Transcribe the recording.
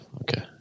Okay